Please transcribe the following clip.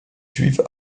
juive